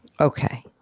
Okay